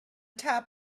top